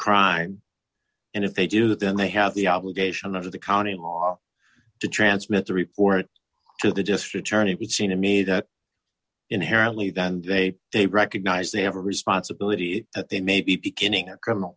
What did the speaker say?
crime and if they do that then they have the obligation of the county to transmit the report to the district attorney it would seem to me that inherently than day they recognize they have a responsibility that they may be beginning a criminal